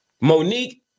Monique